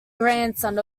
grandson